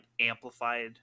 amplified